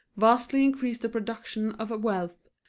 vastly increased the production of wealth,